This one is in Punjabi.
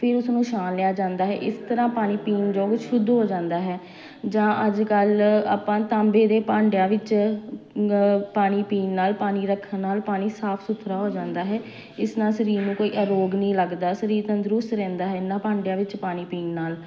ਫਿਰ ਉਸਨੂੰ ਛਾਣ ਲਿਆ ਜਾਂਦਾ ਹੈ ਇਸ ਤਰ੍ਹਾਂ ਪਾਣੀ ਪੀਣਯੋਗ ਸ਼ੁੱਧ ਹੋ ਜਾਂਦਾ ਹੈ ਜਾਂ ਅੱਜ ਕੱਲ੍ਹ ਆਪਾਂ ਤਾਂਬੇ ਦੇ ਭਾਂਡਿਆਂ ਵਿੱਚ ਪਾਣੀ ਪੀਣ ਨਾਲ ਪਾਣੀ ਰੱਖਣ ਨਾਲ ਪਾਣੀ ਸਾਫ਼ ਸੁਥਰਾ ਹੋ ਜਾਂਦਾ ਹੈ ਇਸ ਨਾਲ ਸਰੀਰ ਨੂੰ ਕੋਈ ਰੋਗ ਨਹੀਂ ਲੱਗਦਾ ਸਰੀਰ ਤੰਦਰੁਸਤ ਰਹਿੰਦਾ ਹੈ ਇਹਨਾਂ ਭਾਂਡਿਆਂ ਵਿੱਚ ਪਾਣੀ ਪੀਣ ਨਾਲ